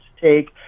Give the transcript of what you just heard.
take